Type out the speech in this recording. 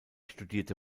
studierte